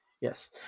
Yes